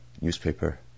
newspaper